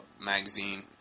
magazine